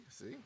See